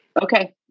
Okay